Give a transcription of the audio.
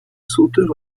sauteur